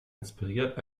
inspiriert